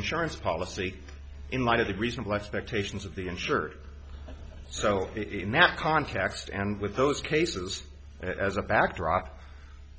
insurance policy in light of the reasonable expectations of the insured so in that context and with those cases as a backdrop